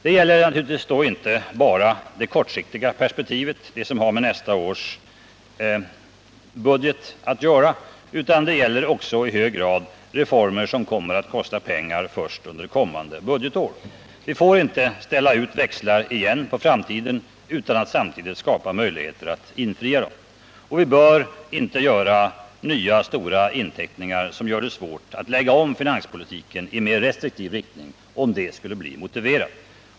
Det gäller naturligtvis då inte bara det kortsiktiga perspektivet — det som har med nästa års budget att göra — utan det gäller också i hög grad reformer som kommer att kosta pengar först under kommande budgetår. Vi får inte ställa ut växlar igen på framtiden utan att samtidigt skapa möjligheter att infria dem. Vi bör inte åsamka oss nya stora inteckningar, som gör det svårt att lägga om finanspolitiken i mer restriktiv riktning, om det skulle bli motiverat.